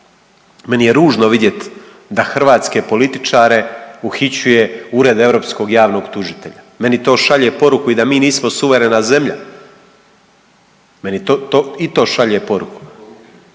Meni je ružno vidjet da hrvatske političare uhićuje Ured europskog javnog tužitelja. Meni to šalje poruku i da mi nismo suverena zemlja. Meni to, to i to šalje poruku.